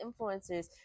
influencers